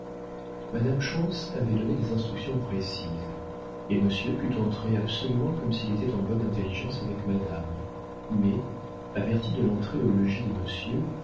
madame schontz avait donné des instructions précises et monsieur put entrer absolument comme s'il était en bonne intelligence avec madame mais avertie de l'entrée au logis de monsieur